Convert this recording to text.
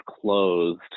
closed